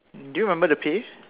do you remember the pay